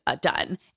done